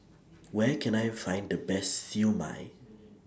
Where Can I Find The Best Siew Mai